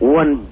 one